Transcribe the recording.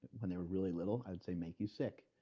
when they were really little i'd say make you sick.